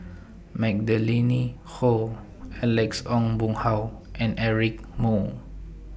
Magdalene Khoo Alex Ong Boon Hau and Eric Moo